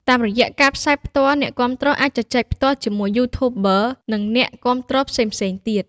តាមរយៈការផ្សាយផ្ទាល់ អ្នកគាំទ្រអាចជជែកផ្ទាល់ជាមួយ YouTuber និងអ្នកគាំទ្រផ្សេងៗទៀត។